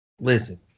listen